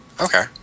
Okay